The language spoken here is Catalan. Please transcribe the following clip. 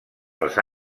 els